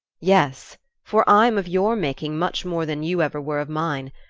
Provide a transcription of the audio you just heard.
yes for i'm of your making much more than you ever were of mine.